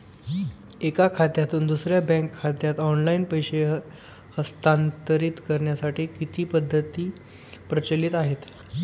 एका खात्यातून दुसऱ्या बँक खात्यात ऑनलाइन पैसे हस्तांतरित करण्यासाठी किती पद्धती प्रचलित आहेत?